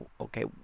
okay